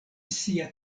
sia